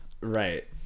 Right